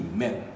Amen